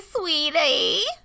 Sweetie